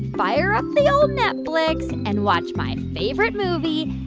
fire up the old netflix and watch my favorite movie,